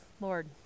Lord